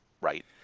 right